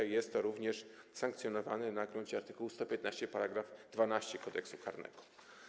Jest to również sankcjonowane na gruncie art. 115 § 12 Kodeksu karnego.